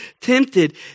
tempted